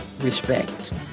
respect